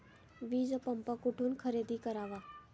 वीजपंप कुठून खरेदी करावा?